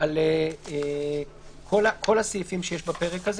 יש עוד כל מיני הוראות של שעבודים שלא רצינו לכלול כאן,